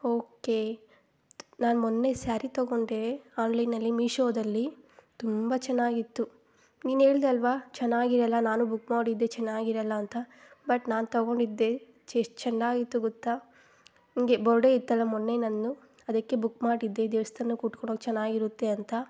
okay ನಾನು ಮೊನ್ನೆ ಸ್ಯಾರಿ ತೊಗೊಂಡೆ ಆನ್ಲೈನಲ್ಲಿ ಮೀಶೋದಲ್ಲಿ ತುಂಬ ಚೆನ್ನಾಗಿತ್ತು ನೀನು ಹೇಳಿದೆ ಅಲ್ವ ಚೆನ್ನಾಗಿರೋಲ್ಲ ನಾನೂ ಬುಕ್ ಮಾಡಿದ್ದೆ ಚೆನ್ನಾಗಿರೋಲ್ಲ ಅಂತ ಬಟ್ ನಾನು ತಗೊಂಡಿದ್ದೆ ಚೆ ಎಷ್ಟು ಚೆಂದಾಗಿತ್ತು ಗೊತ್ತಾ ಹಿಂಗೆ ಬೋಡೆ ಇತ್ತಲ್ಲ ಮೊನ್ನೆ ನಂದು ಅದಕ್ಕೆ ಬುಕ್ ಮಾಡಿದ್ದೆ ದೇವಸ್ಥಾನಕ್ಕೆ ಉಟ್ಕೊಳ್ಳೋಕ್ಕೆ ಚೆನ್ನಾಗಿರುತ್ತೆ ಅಂತ